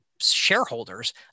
shareholders